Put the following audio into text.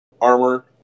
armor